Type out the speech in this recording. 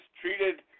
treated